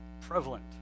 prevalent